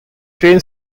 train